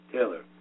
Taylor